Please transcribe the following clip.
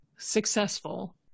successful